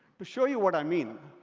to show you what i mean,